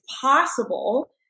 possible